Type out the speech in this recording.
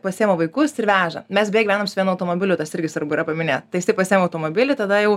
pasiima vaikus ir veža mes beja gyvenam su vienu automobiliu tas irgi svarbu yra paminėt tai jisai pasiima automobilį tada jau